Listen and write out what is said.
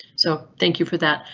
so thank you for that.